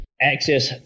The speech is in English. access